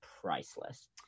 priceless